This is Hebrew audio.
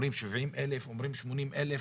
אומרים 70,000, אומרים 80,000,